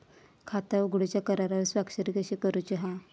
खाता उघडूच्या करारावर स्वाक्षरी कशी करूची हा?